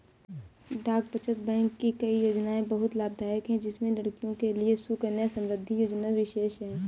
डाक बचत बैंक की कई योजनायें बहुत लाभदायक है जिसमें लड़कियों के लिए सुकन्या समृद्धि योजना विशेष है